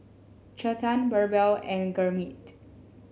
Chetan BirbaL and Gurmeet